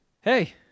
Hey